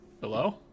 Hello